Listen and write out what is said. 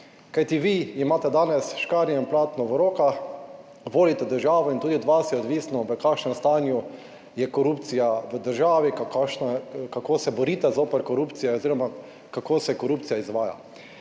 Kajti, vi imate danes škarje in platno v rokah, vodite državo in tudi od vas je odvisno v kakšnem stanju je korupcija v državi, kako se borite zoper korupcijo oziroma kako se korupcija izvaja.